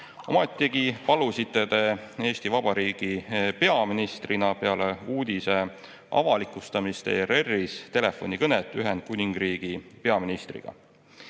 Ometi palusite te Eesti Vabariigi peaministrina peale uudise avalikustamist ERR-is telefonikõnet Ühendkuningriigi peaministriga.